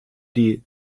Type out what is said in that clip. die